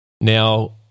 Now